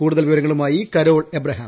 കൂടുതൽ വിവരങ്ങളുമായി Carol Abraham